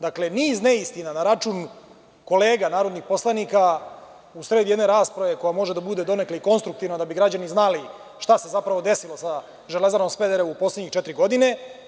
Dakle, niz neistina na račun kolega narodnih poslanika usred jedne rasprave koja može da bude donekle i konstruktivna, da bi građani znali šta se zapravo desilo sa „Železarom Smederevo“ u poslednje četiri godine.